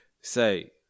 say